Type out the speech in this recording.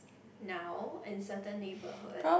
now in certain neighbourhood